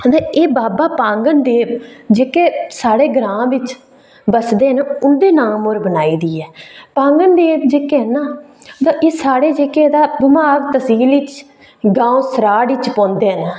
एह् बाबा पांगङ देव जेह्के साढ़े ग्रां च बसदे न उं'दे नां पर बनाई दी ऐ पागङ देव जेह्के न एह् जेह्के गोमाग तह्सील बिच ओह् साढ़े गांव सराड़ बिच पौंदे न